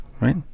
Right